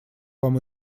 вам